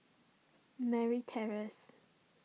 Merryn Terrace